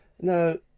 No